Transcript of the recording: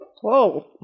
Whoa